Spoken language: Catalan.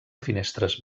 finestres